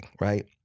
Right